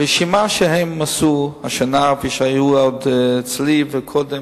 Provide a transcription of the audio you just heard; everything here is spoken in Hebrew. הרשימה שהם עשו השנה, היו עוד אצלי, וקודם,